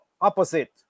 opposite